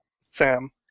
Sam